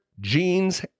jeans